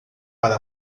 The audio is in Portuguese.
para